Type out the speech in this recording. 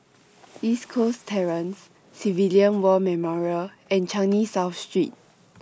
East Coast Terrace Civilian War Memorial and Changi South Street